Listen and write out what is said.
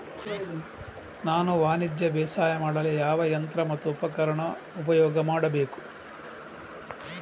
ನಾನು ವಾಣಿಜ್ಯ ಬೇಸಾಯ ಮಾಡಲು ಯಾವ ಯಂತ್ರ ಮತ್ತು ಉಪಕರಣ ಉಪಯೋಗ ಮಾಡಬೇಕು?